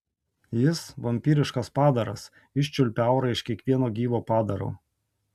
jis vampyriškas padaras iščiulpia aurą iš kiekvieno gyvo padaro